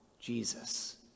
Jesus